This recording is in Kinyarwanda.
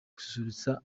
gususurutsa